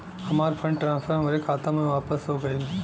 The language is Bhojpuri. हमार फंड ट्रांसफर हमरे खाता मे वापस हो गईल